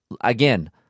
Again